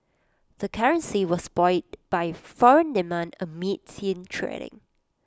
the currency was buoyed by foreign demand amid thin trading